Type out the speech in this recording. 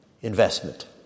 investment